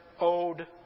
owed